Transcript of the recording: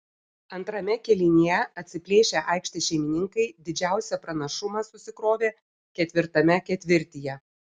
antrame kėlinyje atsiplėšę aikštės šeimininkai didžiausią pranašumą susikrovė ketvirtame ketvirtyje